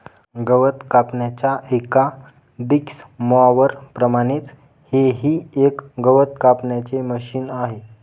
गवत कापण्याच्या एका डिक्स मॉवर प्रमाणेच हे ही एक गवत कापण्याचे मशिन आहे